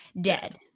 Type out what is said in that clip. dead